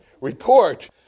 report